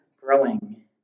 growing